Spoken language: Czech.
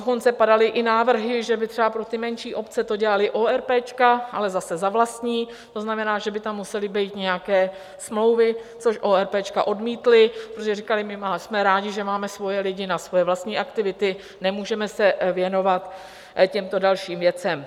Dokonce padaly i návrhy, že by třeba pro ty menší obce to dělaly óerpéčka, ale zase za vlastní, to znamená, že by tam musely být nějaké smlouvy, což óerpéčka odmítly, protože říkaly: my jsme rádi, že máme svoje lidi na svoje vlastní aktivity, nemůžeme se věnovat těmto dalším věcem.